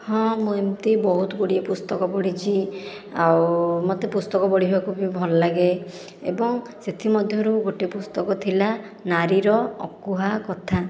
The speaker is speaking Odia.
ହଁ ମୁଁ ଏମିତି ବହୁତ ଗୁଡ଼ିଏ ପୁସ୍ତକ ପଢ଼ିଛି ଆଉ ମୋତେ ପୁସ୍ତକ ପଢ଼ିବାକୁ ବି ଭଲ ଲାଗେ ଏବଂ ସେଥିମଧ୍ୟରୁ ଗୋଟିଏ ପୁସ୍ତକ ଥିଲା ନାରୀର ଅକୁହା କଥା